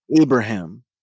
Abraham